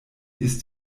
ist